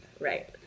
Right